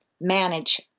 manage